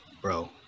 Bro